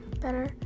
better